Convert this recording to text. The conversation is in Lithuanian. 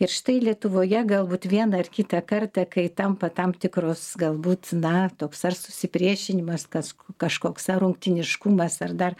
ir štai lietuvoje galbūt vieną ar kitą kartą kai tampa tam tikros galbūt na toks ar susipriešinimas kask kažkoks ar rungtyniškumas ar dar